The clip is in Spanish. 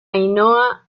ainhoa